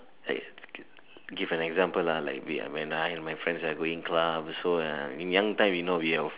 like give an example lah like when and my friends are going club so um in young time we know we